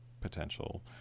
potential